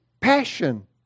passion